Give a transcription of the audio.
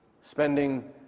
spending